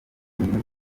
wenyine